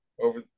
over